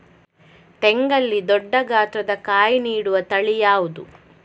ತೆಂಗಲ್ಲಿ ದೊಡ್ಡ ಗಾತ್ರದ ಕಾಯಿ ನೀಡುವ ತಳಿ ಯಾವುದು?